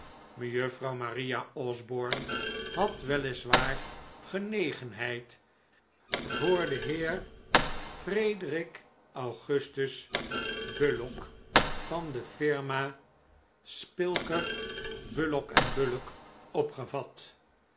mejuffrouw maria osborne had weliswaar genegenheid voor den heer frederic augustus bullock van de flrma spilker bullock en bullock opgevat